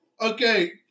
okay